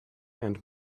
and